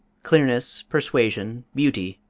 clearness, persuasion, beauty,